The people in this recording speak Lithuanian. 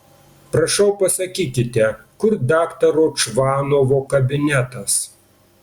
prašau pasakykite kur daktaro čvanovo kabinetas